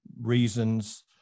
reasons